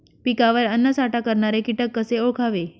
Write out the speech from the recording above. पिकावर अन्नसाठा करणारे किटक कसे ओळखावे?